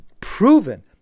proven